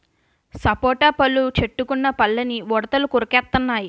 సపోటా పళ్ళు చెట్టుకున్న పళ్ళని ఉడతలు కొరికెత్తెన్నయి